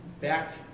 back